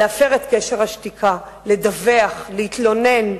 להפר את קשר השתיקה, לדווח, להתלונן,